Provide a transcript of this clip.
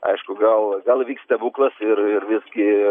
aišku gal gal įvyks stebuklas ir ir ir visgi